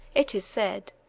it is said,